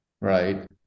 right